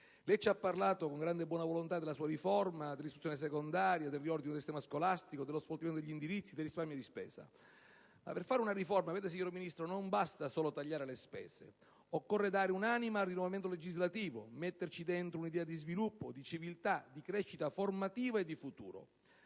Lei ci ha parlato con grande buona volontà, signora Ministro, della sua riforma, dell'istruzione secondaria, del riordino del sistema scolastico, dello sfoltimento degli indirizzi e dei risparmi di spesa. Ma per fare una riforma, signora Ministro, non basta solo tagliare le spese: occorre dare un'anima al rinnovamento legislativo, metterci dentro un'idea di sviluppo, di civiltà, di crescita formativa e di futuro.